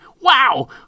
Wow